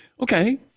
okay